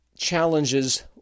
Challenges